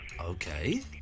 Okay